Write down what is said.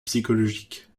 psychologique